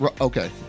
Okay